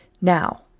Now